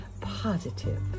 positive